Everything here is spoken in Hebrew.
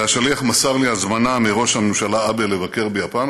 והשליח מסר לי הזמנה מראש הממשלה אבה לבקר ביפן.